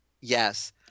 Yes